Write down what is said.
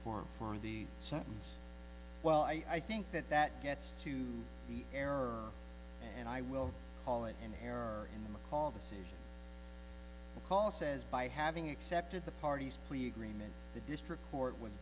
form for the sentence well i think that that gets to the error and i will call it an error in the call this is a call says by having accepted the parties plea agreement the district court was